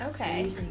Okay